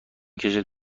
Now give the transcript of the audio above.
کشد